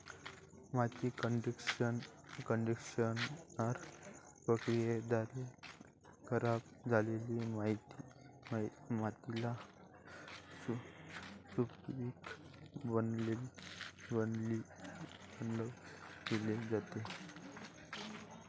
माती कंडिशनर प्रक्रियेद्वारे खराब झालेली मातीला सुपीक बनविली जाते